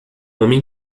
homem